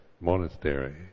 monastery